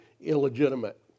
illegitimate